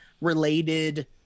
related